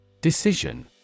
Decision